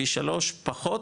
פי שלוש פחות,